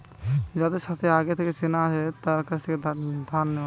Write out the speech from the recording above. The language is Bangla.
যাদের সাথে আগে থেকে চেনা আছে তার কাছ থেকে ধার নেওয়া